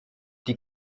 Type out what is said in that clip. die